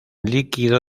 líquido